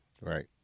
Right